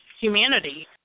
humanity